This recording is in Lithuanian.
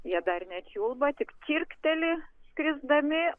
jie dar nečiulba tik čirkteli skrisdami